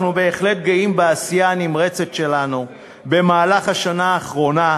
אנחנו בהחלט גאים בעשייה הנמרצת שלנו במהלך השנה האחרונה.